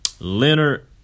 Leonard